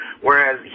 whereas